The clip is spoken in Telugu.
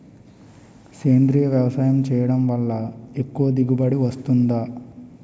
సేంద్రీయ వ్యవసాయం చేయడం వల్ల ఎక్కువ దిగుబడి వస్తుందా?